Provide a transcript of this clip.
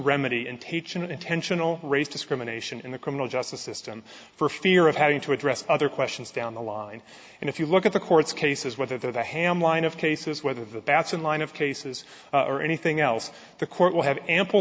remedy and teach an intentional race discrimination in the criminal justice system for fear of having to address other questions down the line and if you look at the court's cases whether the hamline of cases whether the batson line of cases or anything else the court will have a